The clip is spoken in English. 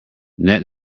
net